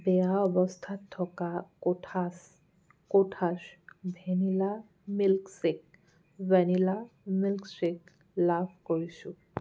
বেয়া অৱস্থাত থকা কোঠাছ ভেনিলা মিল্কশ্বেক লাভ কৰিছোঁ